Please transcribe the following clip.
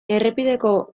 errepideko